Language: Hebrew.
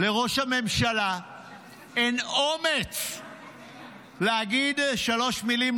לראש הממשלה אין אומץ להגיד שלוש מילים,